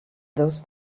those